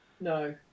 No